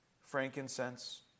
frankincense